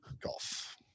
Golf